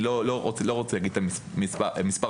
אני לא רוצה להגיד את המספר המדויק.